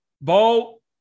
Bo